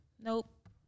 nope